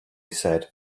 said